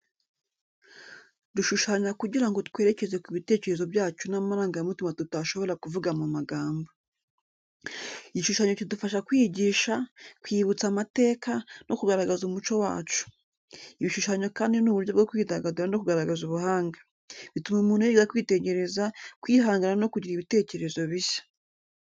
Dushushanya kugira ngo twerekeze ku bitekerezo byacu n’amarangamutima tutashobora kuvuga mu magambo. Igishushanyo kidufasha kwigisha, kwibutsa amateka, no kugaragaza umuco wacu. Ibishushanyo kandi ni uburyo bwo kwidagadura no kugaragaza ubuhanga. Bituma umuntu yiga kwitegereza, kwihangana no kugira ibitekerezo bishya.